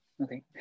okay